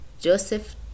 Joseph